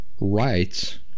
rights